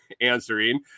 answering